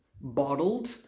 bottled